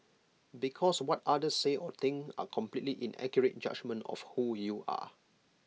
because what others say or think are completely inaccurate judgement of who you are